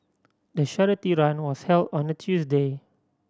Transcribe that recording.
the charity run was held on a Tuesday